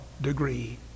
degree